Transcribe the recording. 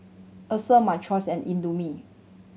Acer My Choice and Indomie